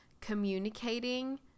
communicating